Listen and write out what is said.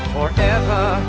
Forever